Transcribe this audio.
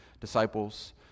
disciples